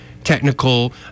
Technical